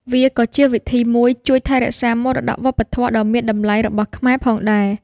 វាក៏ជាវិធីមួយជួយថែរក្សាមរតកវប្បធម៌ដ៏មានតម្លៃរបស់ខ្មែរផងដែរ។